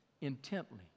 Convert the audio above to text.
intently